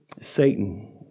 Satan